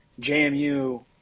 JMU